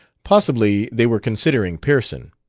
possibly they were considering pearson.